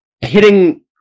hitting